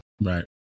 Right